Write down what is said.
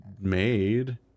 made